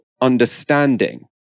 understanding